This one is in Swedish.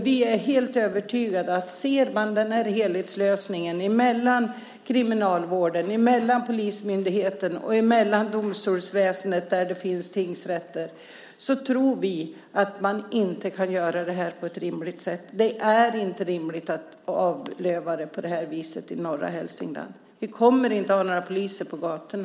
Vi är helt övertygade om att ser man till helheten - och tar hänsyn till kriminalvården, polismyndigheten och domstolsväsendet där det finns tingsrätter - går det inte att genomföra detta på ett rimligt sätt. Det är inte rimligt att man skär ned på det här viset i norra Hälsingland. Vi kommer inte att ha några poliser på gatorna.